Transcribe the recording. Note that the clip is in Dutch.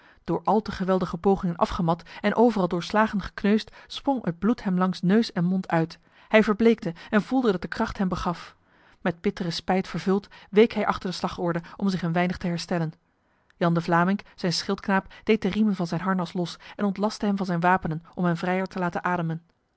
door al te geweldige pogingen afgemat en overal door slagen gekneusd sprong het bloed hem langs neus en mond uit hij verbleekte en voelde dat de kracht hem begaf met bittere spijt vervuld week hij achter de slagorde om zich een weinig te herstellen jan de vlamynck zijn schildknaap deed de riemen van zijn harnas los en ontlastte hem van zijn wapenen om hem vrijer te laten ademen